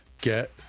get